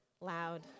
loud